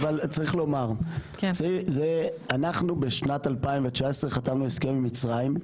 צריך לומר, אנחנו בשנת 2019 חתמנו הסכם עם מצרים.